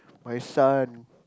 my son